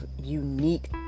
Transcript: unique